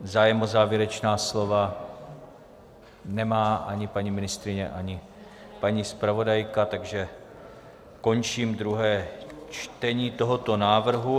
Zájem o závěrečná slova nemá ani paní ministryně, ani paní zpravodajka, takže končím druhé čtení tohoto návrhu.